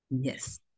Yes